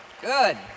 Good